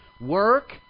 Work